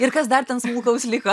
ir kas dar ten smulkaus liko